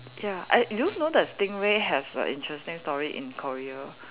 ya I do you know that stingray has a interesting story in Korea